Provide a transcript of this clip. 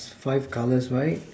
five colour rights